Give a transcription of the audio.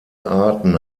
arten